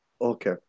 Okay